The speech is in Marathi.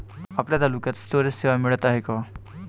आपल्या तालुक्यात स्टोरेज सेवा मिळत हाये का?